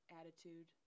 attitude